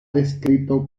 descrito